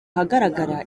ahagaragara